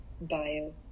bio